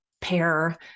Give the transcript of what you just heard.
pair